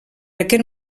aquest